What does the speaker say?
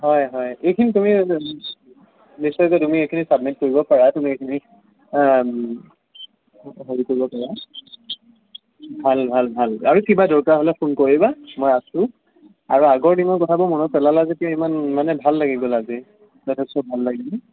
হয় হয় এইখিনি তুমি নিশ্চয় যে তুমি এইখিনি ছাবমিট কৰিব পাৰা তুমি এইখিনি হেৰি কৰিব পাৰা ভাল ভাল ভাল আৰু কিবা দৰকাৰ হ'লে ফোন কৰিবা মই আছোঁ আৰু আগৰ দিনৰ কথাবোৰ মনত পেলালা যেতিয়া ইমান মানে ভাল লাগি গ'ল আজি যথেষ্ট ভাল লাগিল